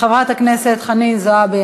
חברת הכנסת חנין זועבי,